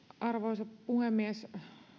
arvoisa puhemies